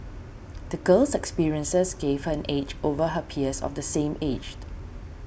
the girl's experiences gave her an edge over her peers of the same aged